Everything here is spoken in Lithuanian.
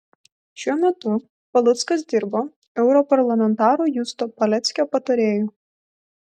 šiuo metu paluckas dirbo europarlamentaro justo paleckio patarėju